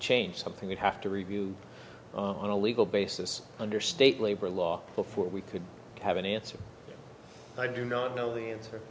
change something you'd have to review on a legal basis under state labor law before we could have an answer i do not know the answer